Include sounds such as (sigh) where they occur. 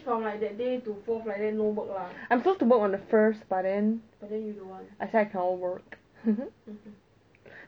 from like that day to fourth like that no work lah but then you don't want (laughs)